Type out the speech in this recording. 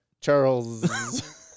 Charles